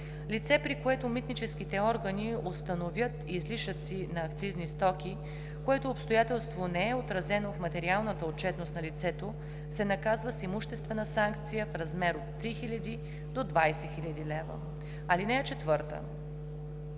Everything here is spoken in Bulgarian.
Лице, при което митническите органи установят излишъци на акцизни стоки, което обстоятелство не е отразено в материалната отчетност на лицето, се наказва с имуществена санкция в размер от 3000 до 20 000 лв. (4) При